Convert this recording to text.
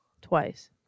Twice